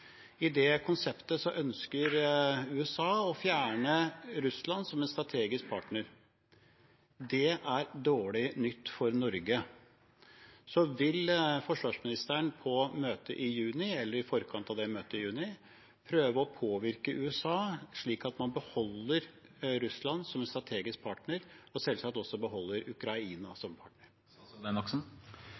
I det konseptet ønsker USA å fjerne Russland som en strategisk partner. Det er dårlig nytt for Norge. Vil forsvarsministeren på møtet i juni, eller i forkant av det møtet i juni, prøve å påvirke USA slik at man beholder Russland som en strategisk partner, og selvsagt også beholder Ukraina som partner?